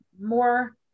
more